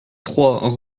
trois